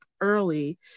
early